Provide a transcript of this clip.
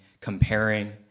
comparing